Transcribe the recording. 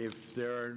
if there were